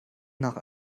nach